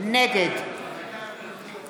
בהיקף של